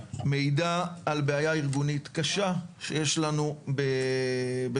מעידה על בעיה ארגונית קשה שיש לנו בשב"ס.